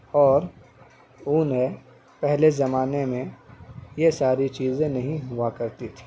اور اون ہے پہلے زمانے میں یہ ساری چیزیں نہیں ہوا کرتی تھی